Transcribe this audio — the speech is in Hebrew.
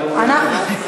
לוועדת האתיקה.